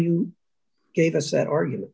you gave us that argument